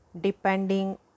depending